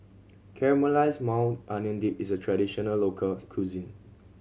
Caramelized Maui Onion Dip is a traditional local cuisine